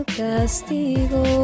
castigo